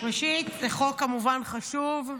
ראשית זה כמובן חוק חשוב.